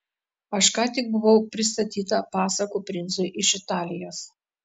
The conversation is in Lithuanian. aš ką tik buvau pristatyta pasakų princui iš italijos